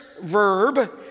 verb